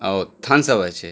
ও thumbs up আছে